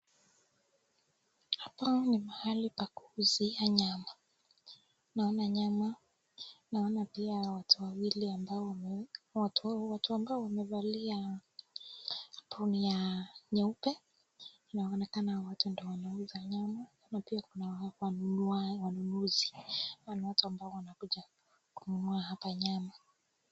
Hapa ni mahali pa kuuzia nyama. Naona nyama, naona pia watu wawili watu ambao wamevalia [cs ]Apron[cs ] ya nyeupe. Inaonekana hao wote ndo wanauza nyama na pia kuna wanunuzi na watu ambao wamekuja hapa kununua nyama.